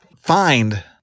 find